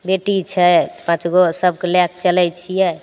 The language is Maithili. बेटी छै पाँच गो सबके लए के चलय छियै